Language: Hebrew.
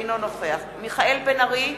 אינו נוכח מיכאל בן-ארי,